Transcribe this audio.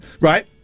right